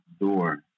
door